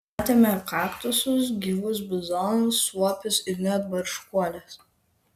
matėme kaktusus gyvus bizonus suopius ir net barškuoles